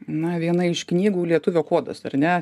na viena iš knygų lietuvio kodas ar ne